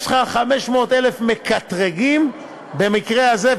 יש לך 500,000 מקטרגים במקרה הזה,